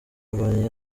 mbonyi